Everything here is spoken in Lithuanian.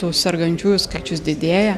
tų sergančiųjų skaičius didėja